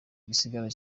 gisagara